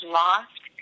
lost